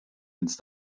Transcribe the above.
ins